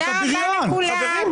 תודה רבה לכולם.